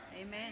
Amen